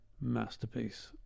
masterpiece